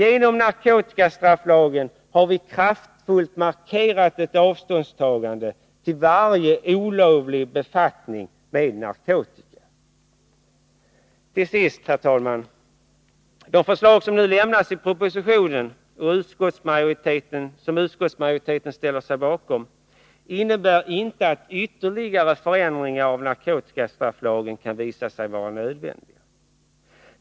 Genom narkotikastrafflagen har vi kraftfullt markerat ett avståndstagande till varje olovlig befattning med narkotika. Till sist, herr talman: De förslag som nu lämnas i propositionen och som utskottsmajoriteten ställer sig bakom innebär inte att ytterligare förändringar av narkotikastrafflagen inte kan visa sig nödvändiga.